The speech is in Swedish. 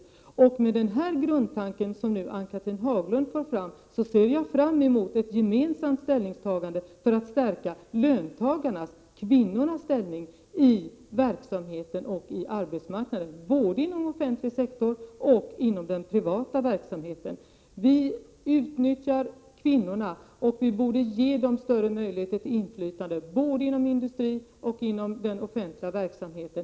Mot bakgrund av den grundtanke Ann-Cathrine Haglund för fram emotser jag ett gemensamt ställningstagande för att stärka löntagarnas och kvinnornas ställning i verksamheten och på arbetsmarknaden, både inom den offentliga sektorn och inom den privata sektorn. Vi utnyttjar kvinnorna. Vi borde ge dem större möjlighet till inflytande både inom industrin och inom den offentliga verksamheten.